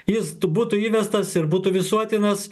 jis būtų įvestas ir būtų visuotinas